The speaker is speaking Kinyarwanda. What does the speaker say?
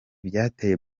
byateye